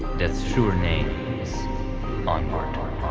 death's truer name is onward.